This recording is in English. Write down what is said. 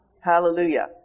Hallelujah